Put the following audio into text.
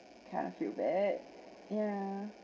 kind of feel bad yeah